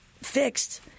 fixed